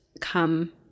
come